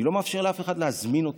אני לא מאפשר לאף אחד להזמין אותי.